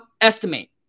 estimate